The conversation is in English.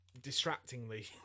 distractingly